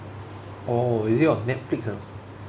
orh is it on netflix or not